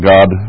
God